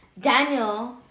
Daniel